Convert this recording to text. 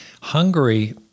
Hungary